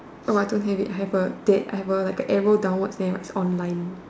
oh I don't have it I have a date I have a like a arrow downwards there writes online